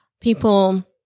People